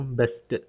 best